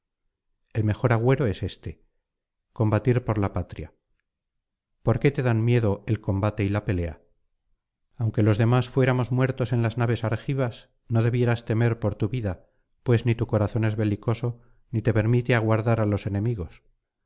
el mejor agüero es este combatir por la patria por qué te dan miedo el combate y la pelea aunque los demás fuéramos muertos en las naves argivas no debieras temer por tu vida pues ni tu corazón es belicoso ni te permite aguardar á los enemigos